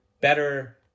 better